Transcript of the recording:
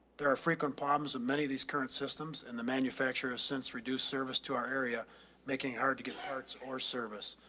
there are frequent problems and many of these current systems and the manufacturer has since reduced service to our area making hard to get parts or service.